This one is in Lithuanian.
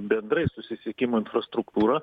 bendrai susisiekimo infrastruktūra